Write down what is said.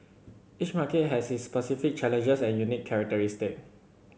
each market has its specific challenges and unique characteristics